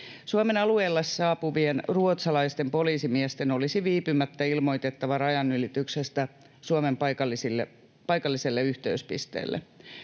Suomen alueelle saapuvien ruotsalaisten poliisimiesten olisi viipymättä ilmoitettava rajanylityksestä Suomen paikalliselle yhteyspisteelle.